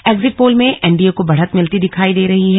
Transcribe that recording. exit poll में NDA को बढ़त मिलती दिखाई दे रही है